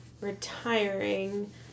retiring